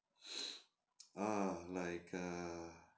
err like err